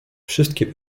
wszystkie